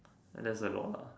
that's a lot lah